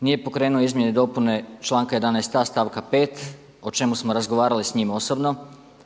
nije pokrenuo izmjene i dopune članka 11.a stavka 5. o čemu smo razgovarali s njim osobno.